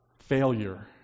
failure